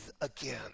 again